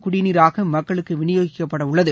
குடிநீராக மக்களுக்கு விநியோகிக்கப்பட உள்ளது